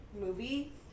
movie